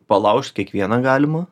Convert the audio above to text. palaužt kiekvieną galima